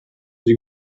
sie